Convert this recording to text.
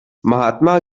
mahatma